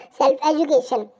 self-education